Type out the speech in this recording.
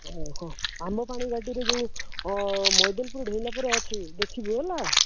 ହଁ ଆମ୍ବପାଣି ଘାଟିରେ ଯେଉଁ ମଇଦଲପୁର ଡେଇଁଲାପରେ ଅଛି ଦେଖିବୁ ହେଲା